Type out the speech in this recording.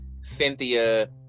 Cynthia